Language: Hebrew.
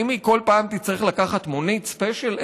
האם בכל פעם היא תצטרך לקחת מונית ספיישל?